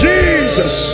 Jesus